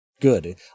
good